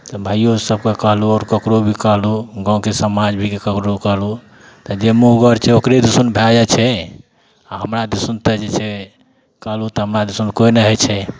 तऽ भाइयो सबके कहलहुँ आओर ककरो भी कहलहुँ गाँवके समाज भी ककरो कहलहुँ तऽ जे मुँहगर छै ओकरे दिसन भए जाइ छै आओर हमरा दिसन तऽ जे छै कहलहुँ तऽ हमरा दिसन कोइ नहि होइ छै